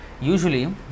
usually